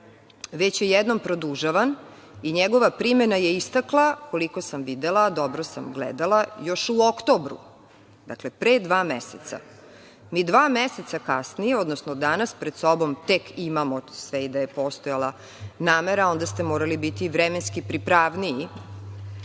već je jednom produžavan i njegova primena je istekla, koliko sam videla, a dobro sam gledala, još u oktobru, dakle, pre dva meseca. Mi dva meseca kasnije, odnosno danas pred sobom tek imamo, sve i da je postojala namera, onda ste morali biti vremenski pripravniji,